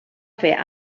fer